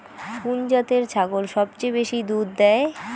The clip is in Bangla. কুন জাতের ছাগল সবচেয়ে বেশি দুধ দেয়?